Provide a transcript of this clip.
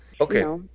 Okay